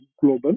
global